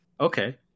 Okay